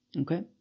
Okay